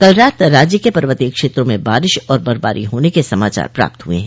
कल रात राज्य के पर्वतीय क्षेत्रों में बारिश और बर्फबारी होने के समाचार प्राप्त हुए हैं